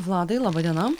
vladai laba diena